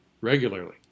regularly